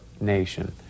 nation